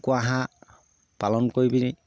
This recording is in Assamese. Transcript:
কুকুৰা হাঁহ পালন কৰি পিনি